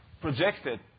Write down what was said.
projected